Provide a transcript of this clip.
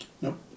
Nope